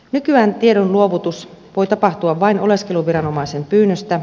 nykyään tiedon luovutus voi tapahtua vain oleskelulupaviranomaisen pyynnöstä